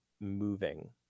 moving